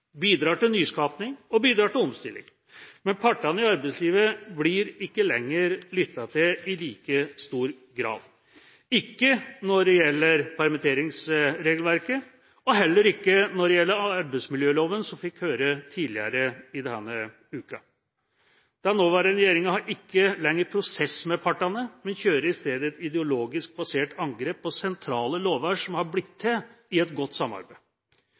bidrar til nyskaping og omstilling. Men partene i arbeidslivet blir ikke lenger lyttet til i like stor grad – ikke når det gjelder permitteringsregelverket og heller ikke når det gjelder arbeidsmiljøloven, fikk vi høre tidligere denne uka. Den nåværende regjeringa har ikke lenger prosess med partene, men kjører i stedet et ideologisk basert angrep på sentrale lover som har blitt til i et godt samarbeid.